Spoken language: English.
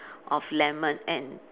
of lemon and